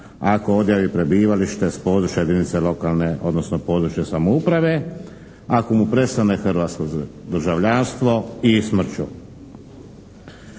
ako odjavi prebivalište s područja jedinica lokalne, odnosno područne samouprave, ako mu prestane hrvatsko državljanstvo i smrću.